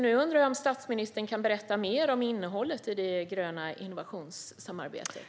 Nu undrar jag om statsministern kan berätta mer om innehållet i det gröna innovationssamarbetet.